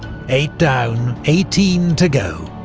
eight down, eighteen to go.